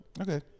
Okay